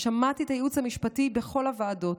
ושמעתי את הייעוץ המשפטי בכל הוועדות,